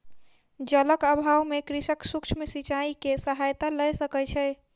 जलक अभाव में कृषक सूक्ष्म सिचाई के सहायता लय सकै छै